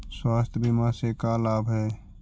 स्वास्थ्य बीमा से का लाभ है?